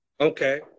Okay